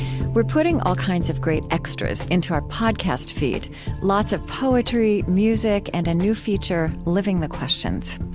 we're putting all kinds of great extras into our podcast feed lots of poetry, music, and a new feature living the questions.